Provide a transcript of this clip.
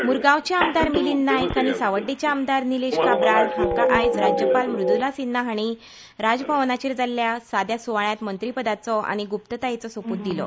मूरगांवचे आमदार मिलिंद नायक आनी सावड्डेचे आमदार निलेश काब्राल हांका आयज राज्यपाल मूद्रला सिन्हां हाणी राजभवनाचेर जाल्ल्या साद्या सुवाळ्यांत मंत्रीपदाचो आनी ग्रप्ततायेचो सोप्त दिलो